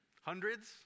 Hundreds